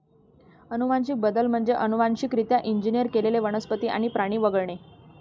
अनुवांशिक बदल म्हणजे अनुवांशिकरित्या इंजिनियर केलेले वनस्पती आणि प्राणी वगळणे